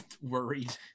worried